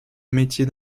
métier